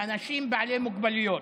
לאנשים בעלי מוגבלויות.